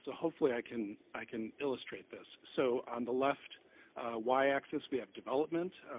so hopefully i can i can illustrate this. so on the left why axis we have development